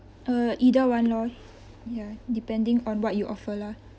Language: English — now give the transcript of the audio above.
uh either one lor ya depending on what you offer lah